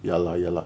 ya lah ya lah